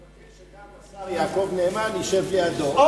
שגם השר יעקב נאמן ישב לידו.